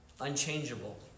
Unchangeable